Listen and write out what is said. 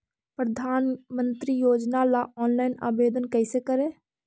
प्रधानमंत्री योजना ला ऑनलाइन आवेदन कैसे करे?